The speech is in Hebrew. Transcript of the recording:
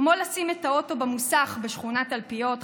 כמו לשים את האוטו במוסך בשכונת תלפיות,